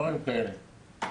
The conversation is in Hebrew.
דברים כאלה.